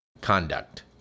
conduct